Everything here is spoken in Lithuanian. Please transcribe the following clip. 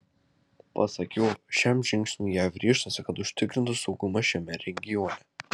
pasak jo šiam žingsniui jav ryžtasi kad užtikrintų saugumą šiame regione